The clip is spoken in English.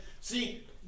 See